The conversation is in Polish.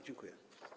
Dziękuję.